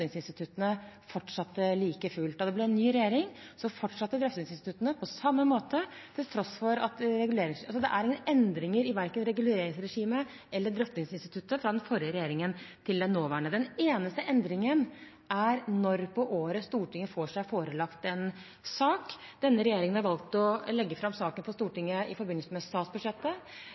like fullt. Da det ble ny regjering, fortsatte drøftingsinstituttene på samme måte. Det er ingen endringer i verken reguleringsregimet eller drøftingsinstituttet fra den forrige regjeringen til den nåværende. Den eneste endringen er når på året Stortinget får seg forelagt en sak. Denne regjeringen har valgt å legge fram saken for Stortinget i forbindelse med statsbudsjettet